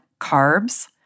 carbs